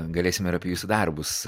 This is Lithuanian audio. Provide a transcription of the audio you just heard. galėsim ir apie jūsų darbus